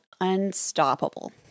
Unstoppable